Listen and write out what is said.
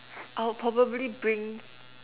I'll probably bring